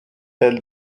elle